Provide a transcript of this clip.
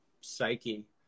psyche